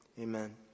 amen